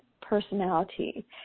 personality